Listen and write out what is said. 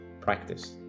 practice